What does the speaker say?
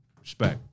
Respect